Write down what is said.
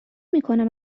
میکنم